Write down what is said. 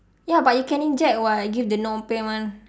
ya but you can inject [what] give the non pain one